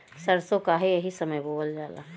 सरसो काहे एही समय बोवल जाला?